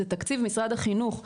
אלא זה תקציב משרד החינוך.